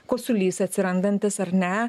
kosulys atsirandantis ar ne